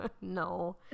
No